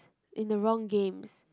in the wrong games